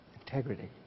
integrity